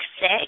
sick